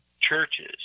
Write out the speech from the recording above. churches